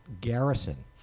garrison